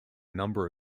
number